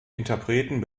interpreten